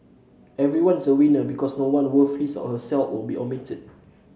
everyone's a winner because no one worth his or her salt will be omitted